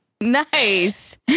Nice